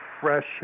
fresh